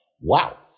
wow